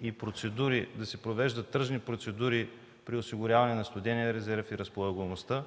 и ред да се провеждат тръжни процедури при осигуряване на студения резерв и разполагаемостта,